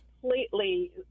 completely